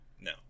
no